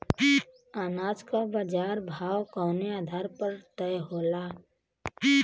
अनाज क बाजार भाव कवने आधार पर तय होला?